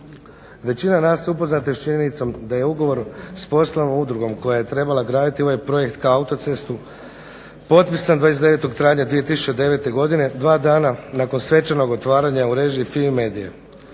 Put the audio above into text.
Većina nas upoznata je s činjenicom da je ugovor s poslovnom udrugom koja je trebala graditi ovaj projekt kao autocestu potpisan 29. travnja 2009. godine, dva dana nakon svečanog otvaranja u režiji FIMI MEDIA-e.